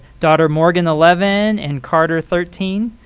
daughter morgan, eleven, and carter, thirteen.